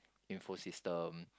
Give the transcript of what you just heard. info system